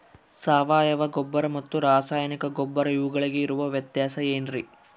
ಸಾವಯವ ಗೊಬ್ಬರ ಮತ್ತು ರಾಸಾಯನಿಕ ಗೊಬ್ಬರ ಇವುಗಳಿಗೆ ಇರುವ ವ್ಯತ್ಯಾಸ ಏನ್ರಿ?